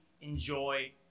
enjoy